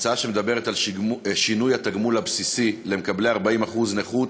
הצעה שמדברת על שינוי התגמול הבסיסי לבעלי 40% נכות,